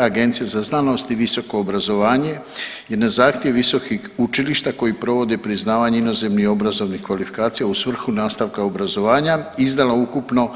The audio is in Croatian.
Agencija za znanost i visoko obrazovanje je na zahtjev visokih učilišta koji provode priznavanje inozemnih i obrazovnih kvalifikacija u svrhu nastavka obrazovanja izdala ukupno